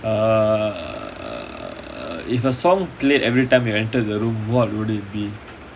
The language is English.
err if a song played everytime you enter the room what would it be